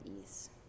ease